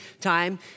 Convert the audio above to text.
time